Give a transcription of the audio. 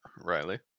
Riley